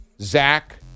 Zach